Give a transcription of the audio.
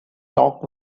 talk